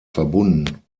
verbunden